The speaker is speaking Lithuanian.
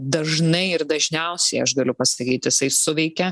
dažnai ir dažniausiai aš galiu pasakyt jisai suveikia